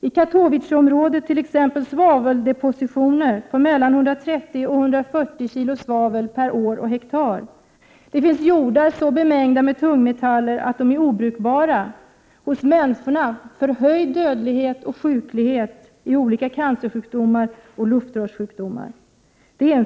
I Katowiceområdet t.ex. har man svaveldepositioner på mellan 130 och 140 kg per år och hektar. Det finns jordar så bemängda med tungmetaller att de är obrukbara. Hos människorna ger det förhöjd dödlighet och sjuklighet i olika canceroch luftrörssjukdomar.